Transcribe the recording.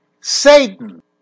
Satan